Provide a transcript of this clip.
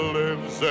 lives